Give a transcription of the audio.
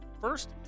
First